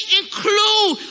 include